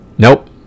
nope